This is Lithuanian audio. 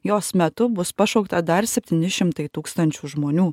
jos metu bus pašaukta dar septyni šimtai tūkstančių žmonių